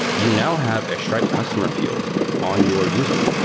you now have a stripe customer field on your user.